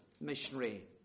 missionary